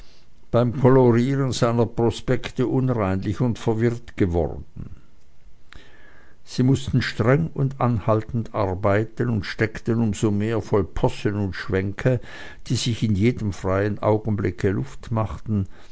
beim kolorieren seiner prospekte unreinlich und verwirrt geworden sie mußten streng und anhaltend arbeiten und steckten um so mehr voll possen und schwänke die sich in jedem freien augenblicke luft machten